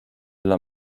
dla